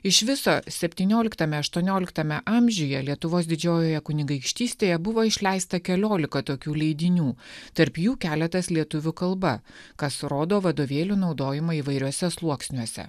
iš viso septynioliktame aštuonioliktame amžiuje lietuvos didžiojoje kunigaikštystėje buvo išleista keliolika tokių leidinių tarp jų keletas lietuvių kalba kas rodo vadovėlių naudojimą įvairiuose sluoksniuose